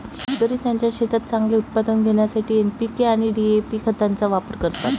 शेतकरी त्यांच्या शेतात चांगले उत्पादन घेण्यासाठी एन.पी.के आणि डी.ए.पी खतांचा वापर करतात